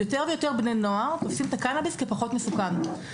יותר ויותר בני נוער תופסים את הקנביס כפחות מסוכן.